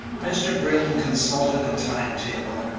mr. britton consulted a time-table.